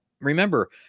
remember